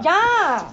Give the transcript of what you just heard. ya